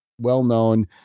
well-known